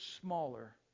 smaller